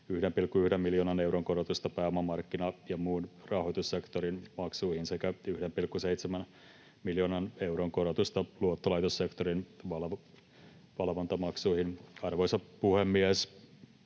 1,1 miljoonan euron korotusta pääomamarkkina- ja muun rahoitussektorin maksuihin sekä 1,7 miljoonan euron korotusta luottolaitossektorin valvontamaksuihin. Arvoisa puhemies!